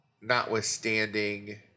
notwithstanding